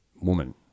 woman